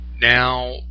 Now